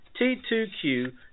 T2Q